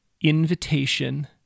invitation